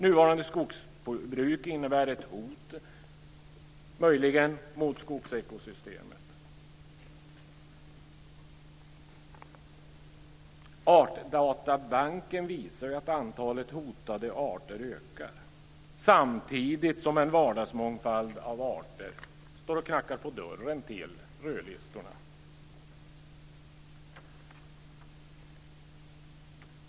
Nuvarande skogsbruk innebär möjligen ett hot mot skogsekosystemet. Artdatabanken visar att antalet hotade arter ökar samtidigt som en vardagsmångfald av arter står och knackar på dörren till rödlistorna.